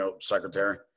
Secretary